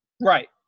Right